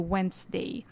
Wednesday